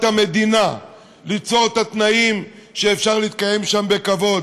המדינה ליצור את התנאים שיאפשרו להתקיים שם בכבוד.